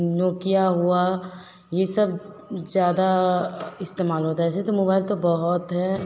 Nokia हुआ यह सब ज़्यादा इस्तेमाल होता है ऐसे तो मोबाइल तो बहुत है